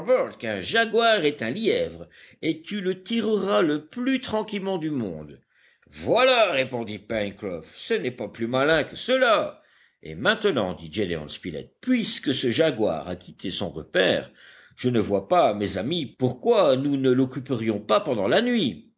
qu'un jaguar est un lièvre et tu le tireras le plus tranquillement du monde voilà répondit pencroff ce n'est pas plus malin que cela et maintenant dit gédéon spilett puisque ce jaguar a quitté son repaire je ne vois pas mes amis pourquoi nous ne l'occuperions pas pendant la nuit